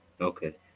Okay